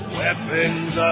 weapons